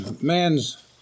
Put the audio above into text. man's